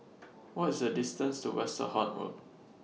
What IS The distance to Westerhout Road